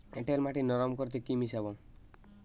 এঁটেল মাটি নরম করতে কি মিশাব?